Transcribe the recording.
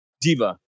diva